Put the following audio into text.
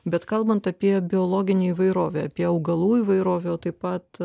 bet kalbant apie biologinę įvairovę apie augalų įvairovę taip pat